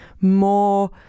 more